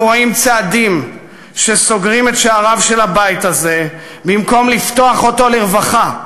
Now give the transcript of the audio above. אנו רואים צעדים שסוגרים את שעריו של הבית הזה במקום לפתוח אותם לרווחה.